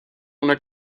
una